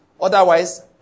otherwise